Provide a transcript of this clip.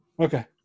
Okay